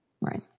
Right